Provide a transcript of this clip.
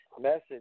Message